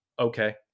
okay